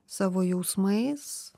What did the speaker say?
savo jausmais